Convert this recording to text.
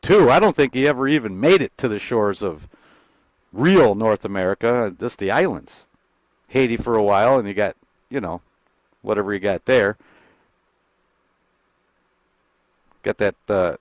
too i don't think you ever even made it to the shores of rural north america just the islands haiti for a while and you got you know whatever you got there got that